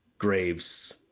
graves